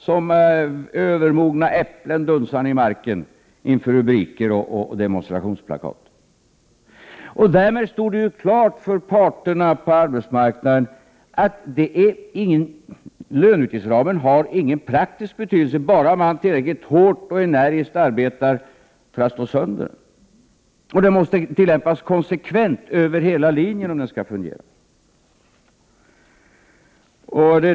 Som övermogna äpplen dunsade ni i marken inför rubriker och demonstrationsplakat. Därmed stod det klart för parterna på arbetsmarknaden att löneoch utgiftsramen inte har någon praktisk betydelse, bara man tillräckligt hårt och energiskt arbetar för att slå sönder den. Den måste tillämpas konsekvent över hela linjen om den skall fungera.